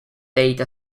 data